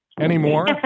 anymore